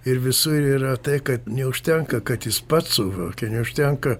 ir visur yra tai kad neužtenka kad jis pats suvokė neužtenka